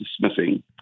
dismissing